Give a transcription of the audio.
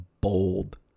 bold